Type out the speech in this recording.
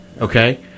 Okay